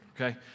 okay